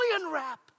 unwrap